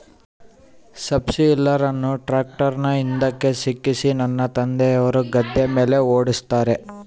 subsoiler ಅನ್ನು ಟ್ರ್ಯಾಕ್ಟರ್ನ ಹಿಂದುಕ ಸಿಕ್ಕಿಸಿ ನನ್ನ ತಂದೆಯವರು ಗದ್ದೆಯ ಮೇಲೆ ಓಡಿಸುತ್ತಾರೆ